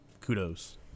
kudos